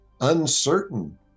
uncertain